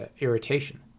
irritation